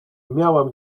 miałam